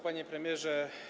Panie Premierze!